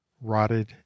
rotted